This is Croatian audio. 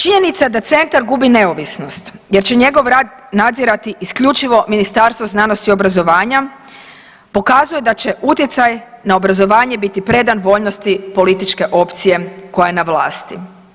Činjenica da centar gubi neovisnost jer će njegov rad nadzirati isključivo Ministarstvo znanosti i obrazovanja pokazuje da će utjecaj na obrazovanje biti predan voljnosti političke opcije koja je na vlasti.